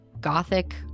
Gothic